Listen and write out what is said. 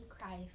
Christ